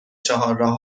چهارراه